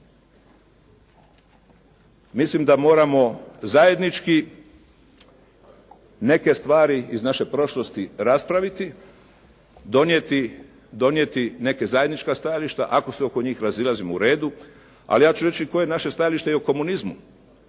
mislim da moramo zajednički neke stvari iz naše prošlosti raspraviti, donijeti neka zajednička stajališta. Ako se oko njih razilazimo u redu. Ali ja ću reći i koje je naše stajalište i o komunizmu.